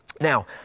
now